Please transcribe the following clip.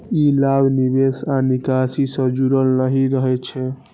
ई लाभ निवेश आ निकासी सं जुड़ल नहि रहै छै